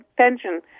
pension